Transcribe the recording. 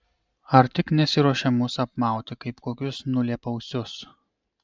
ar tik nesiruošia mus apmauti kaip kokius nulėpausius